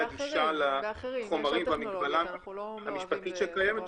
הגישה לחומרים במגבלה המשפטית שקיימת שם,